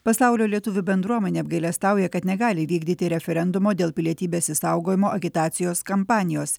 pasaulio lietuvių bendruomenė apgailestauja kad negali įvykdyti referendumo dėl pilietybės išsaugojimo agitacijos kampanijos